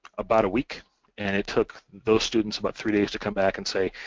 about a week and it took those students about three days to come back and say,